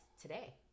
today